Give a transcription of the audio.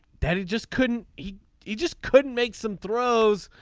that he just couldn't he he just couldn't make some throws.